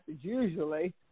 usually